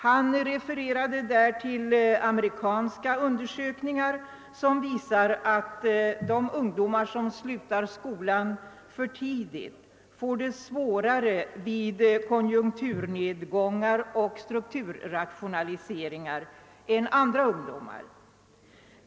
Han refererade därvid till amerikanska undersökningar som visar att de ungdomar, vilka slutar skolan för tidigt, får det svårare vid konjunkturnedgångar och strukturrationaliseringar än andra ungdomar.